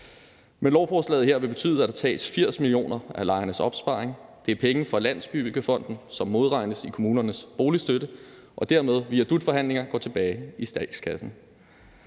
Men lovforslaget her vil betyde, at der tages 80 mio. kr. af lejernes opsparing. Det er penge fra Landsbyggefonden, som modregnes i kommunernes boligstøtte og dermed via dut-forhandlinger går tilbage i statskassen.